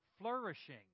flourishing